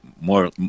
more